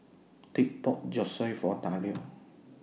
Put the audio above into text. Dick bought Zosui For Dario